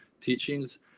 teachings